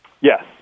Yes